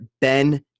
ben